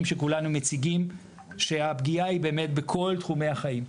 שכולנו מציגים שהפגיעה היא באמת בכל תחומי החיים.